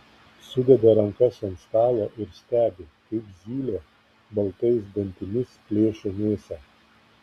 sudeda rankas ant stalo ir stebi kaip zylė baltais dantimis plėšo mėsą